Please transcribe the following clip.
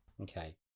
Okay